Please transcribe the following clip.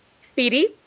Speedy